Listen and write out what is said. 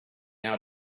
out